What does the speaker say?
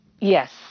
Yes